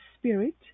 spirit